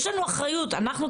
איפה?